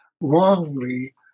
wrongly